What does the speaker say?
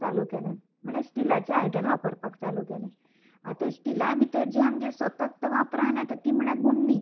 चालू केलें म्हळ्या स्टिलाचें आयदन वापरपाक चालू केलें आतां स्टिला भितर जी आमगेर सतत वापरान येता ती म्हळ्यार गुण्णी